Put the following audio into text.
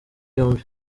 yombi